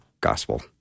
gospel